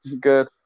Good